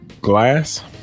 glass